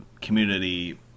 community